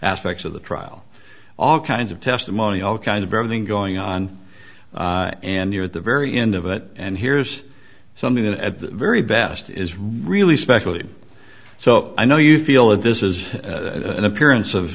aspects of the trial all kinds of testimony all kinds of burning going on and you're at the very end of it and here's something that at the very best is really specially so i know you feel that this is an appearance of